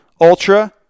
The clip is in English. Ultra